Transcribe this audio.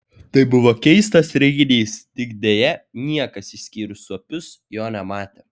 tai buvo keistas reginys tik deja niekas išskyrus suopius jo nematė